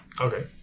Okay